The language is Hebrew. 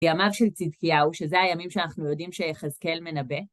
ימיו של צדקיהו, שזה הימים שאנחנו יודעים שיחזקאל מנבא.